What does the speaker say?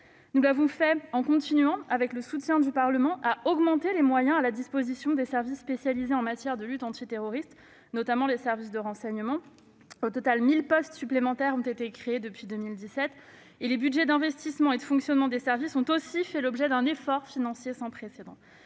Nous l'avons fait en continuant, avec le soutien du Parlement, à augmenter les moyens mis à la disposition des services spécialisés dans la lutte antiterroriste, notamment les services de renseignement. Au total, 1 000 postes y ont été créés depuis 2017. En parallèle, les budgets d'investissement et de fonctionnement des services ont fait l'objet d'un effort financier sans précédent.